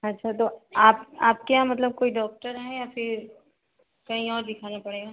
अच्छा तो आप आपके यहाँ मतलब कोई डॉक्टर हैं या फिर कहीं और दिखाना पड़ेगा